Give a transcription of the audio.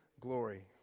glory